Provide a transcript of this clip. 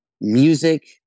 music